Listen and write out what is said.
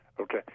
Okay